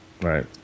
Right